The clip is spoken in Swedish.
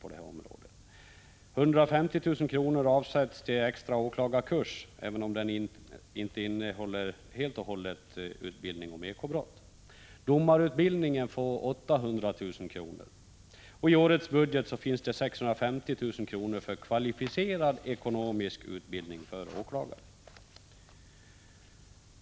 EleoER 2 150 000 kr. avsätts till en extra åklagarkurs — även om den inte helt och USENTOIGBRDRR m.m. I årets budget har 650 000 kr. anslagits för kvalificerad ekonomisk utbildning för åklagare.